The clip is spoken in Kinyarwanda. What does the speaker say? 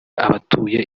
abatuye